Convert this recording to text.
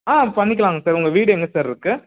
ஆ பண்ணிக்கலாங்க சார் உங்கள் வீடு எங்கே சார் இருக்கு